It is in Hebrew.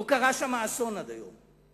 לא קרה שם אסון עד היום.